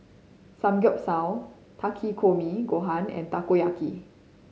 Samgeyopsal Takikomi Gohan and Takoyaki